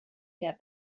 get